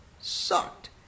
sucked